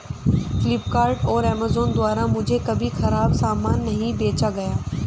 फ्लिपकार्ट और अमेजॉन द्वारा मुझे कभी खराब सामान नहीं बेचा गया